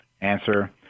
answer